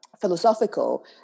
philosophical